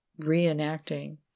reenacting